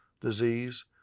disease